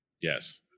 Yes